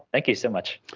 thank you so much.